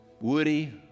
Woody